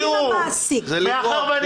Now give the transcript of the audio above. זה למרוח, זה למרוח.